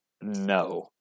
No